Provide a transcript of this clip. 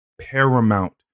paramount